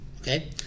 okay